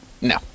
No